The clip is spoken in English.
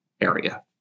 area